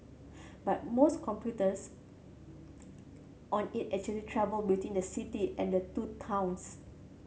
but most commuters on it actually travel between the city and the two towns